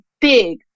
big